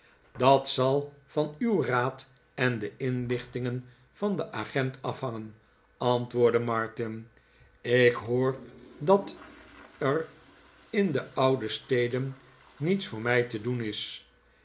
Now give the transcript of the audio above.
dat zal van uw raad en de inlichtingen van den agent afhangen antwoordde martin ik hoor dat er in de oude steden niets voor mij te doen is